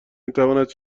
میتواند